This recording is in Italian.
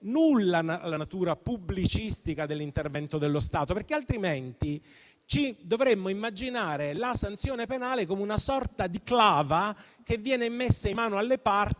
alla natura pubblicistica dell'intervento dello Stato. Altrimenti dovremmo immaginare la sanzione penale come una sorta di clava che viene messa in mano alle parti,